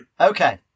Okay